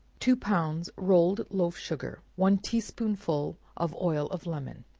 two pounds rolled loaf-sugar, one tea-spoonful of oil of lemon.